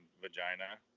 vagina